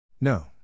No